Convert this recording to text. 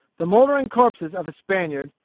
the mouldering corpses of a spaniard,